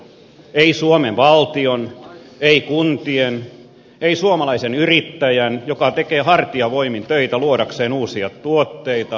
ei suomen valtion ei kuntien ei suomalaisen yrittäjän joka tekee hartiavoimin töitä luodakseen uusia tuotteita ja työpaikkoja